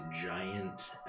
giant